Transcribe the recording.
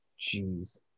Jeez